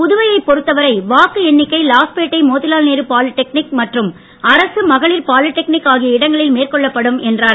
புதுவையைப் பொறுத்த வரை வாக்கு எண்ணிக்கை லாஸ்பேட்டை மோதிலால் நேரு பாலிடெக்னிக் மற்றும் அரசு மகளிர் பாலிடெக்னிக் ஆகிய இடங்களில் மேற்கொள்ளப்படும் என்றார்